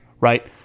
right